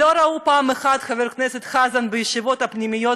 לא ראו פעם אחת את חבר הכנסת חזן בישיבות הפנימיות